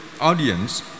audience